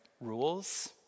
rules